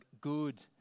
good